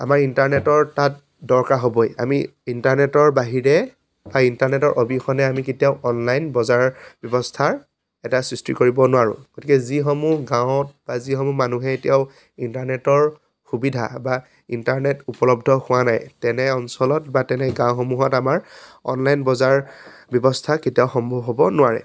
আমাৰ ইণ্টাৰনেটৰ তাত দৰকাৰ হ'বই আমি ইণ্টাৰনেটৰ বাহিৰে বা ইণ্টাৰনেটৰ অবিহনে আমি কেতিয়াও অনলাইন বজাৰ ব্যৱস্থা এটা সৃষ্টি কৰিব নোৱাৰোঁ গতিকে যিসমূহ গাঁৱত বা যিসমূহ মানুহে এতিয়াও ইণ্টাৰনেটৰ সুবিধা বা ইণ্টাৰনেট উপলব্ধ হোৱা নাই তেনে অঞ্চলত বা তেনে গাঁওসমূহত আমাৰ অনলাইন বজাৰ ব্যৱস্থা কেতিয়াও সম্ভৱ হ'ব নোৱাৰে